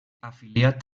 afiliat